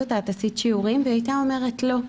אותה 'עשית שיעורים' והיא הייתה אומרת 'לא'.